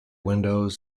window